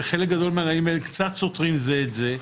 וחלק גדול מהנהלים האלה קצת סותרים זה את זה.